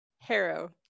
Harrow